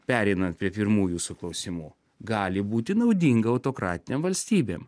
pereinant prie pirmų jūsų klausimų gali būti naudinga autokratinėm valstybėm